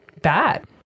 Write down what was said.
bad